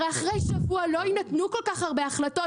הרי אחרי שבוע לא יינתנו כל כך הרבה החלטות